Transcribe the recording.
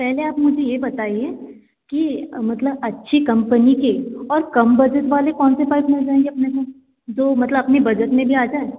पहले आप मुझे ये बताइए कि मतलब अच्छी कम्पनी के और कम बजट वाले कौन से पाइप मिल जाएंगे अपने को जो मतलब अपने बजट में भी आ जाएँ